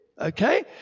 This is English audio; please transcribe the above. Okay